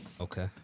Okay